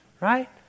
right